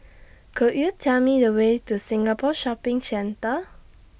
Could YOU Tell Me The Way to Singapore Shopping Centre